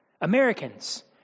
Americans